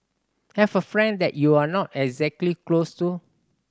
have a friend that you're not exactly close to